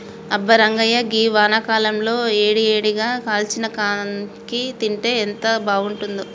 అబ్బా రంగాయ్య గీ వానాకాలంలో ఏడి ఏడిగా కాల్చిన కాంకి తింటే ఎంత బాగుంతుందో